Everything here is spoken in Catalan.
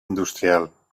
industrial